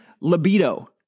libido